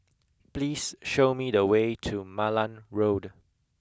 please show me the way to Malan Road